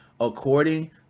according